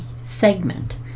segment